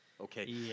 Okay